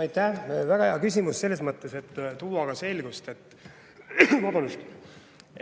Aitäh! Väga hea küsimus. Selles mõttes, et tuua selgust, ütlen,